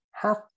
half